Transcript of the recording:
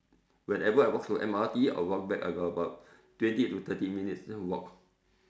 whenever I walk to the M_R_T I walk back I got about twenty to thirty minutes then walk